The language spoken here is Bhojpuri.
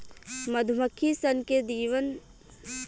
मधुमक्खी सन के जीवन पैतालीस दिन के होखेला